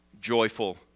joyful